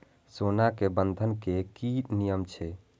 सोना के बंधन के कि नियम छै?